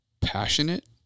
passionate